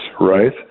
right